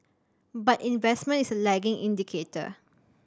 but investment is a lagging indicator